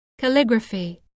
Calligraphy